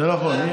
זה נכון.